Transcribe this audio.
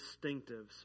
distinctives